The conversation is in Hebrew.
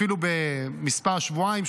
אפילו בשבועיים,